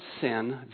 sin